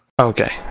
Okay